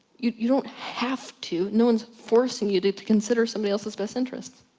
you you don't have to. no one is forcing you to to consider somebody else's best interest.